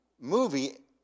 movie